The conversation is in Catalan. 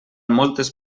moltes